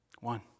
One